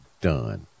done